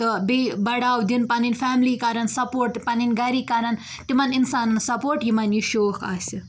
تہٕ بیٚیہِ بَڈاو دِن پَنٕنۍ فیملی کَرَن سَپورٹ پَنٕنۍ گَر کَرَن تِمَن اِنسانَس سَپورٹ یِمَن یہِ شوق آسہِ